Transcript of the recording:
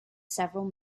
several